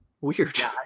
Weird